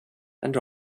and